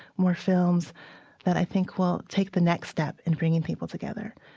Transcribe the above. more films that i think will take the next step in bringing people together.